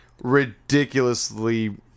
ridiculously